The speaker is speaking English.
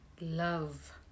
love